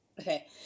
Okay